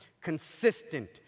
consistent